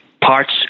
parts